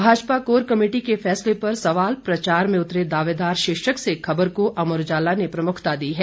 Bhajpa core committee के फैसले पर सवाल प्रचार में उतरे दावेदार शीर्षक से खबर को अमर उजाला ने प्रमुखता दी है